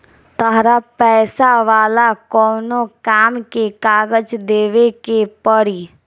तहरा पैसा वाला कोनो काम में कागज देवेके के पड़ी